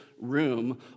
room